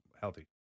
healthy